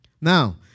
Now